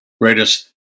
greatest